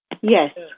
Yes